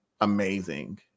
amazing